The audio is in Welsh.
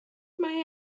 mae